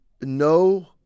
No